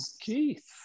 Keith